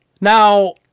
Now